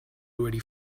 already